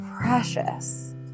precious